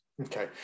Okay